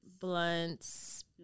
Blunts